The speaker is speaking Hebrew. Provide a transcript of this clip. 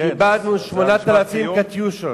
קיבלנו 8,000 "קטיושות".